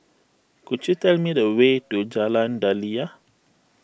could you tell me the way to Jalan Daliah